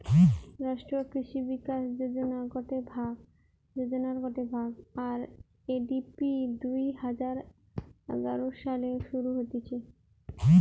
রাষ্ট্রীয় কৃষি বিকাশ যোজনার গটে ভাগ, আর.এ.ডি.পি দুই হাজার এগারো সালে শুরু করা হতিছে